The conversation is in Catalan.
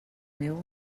meua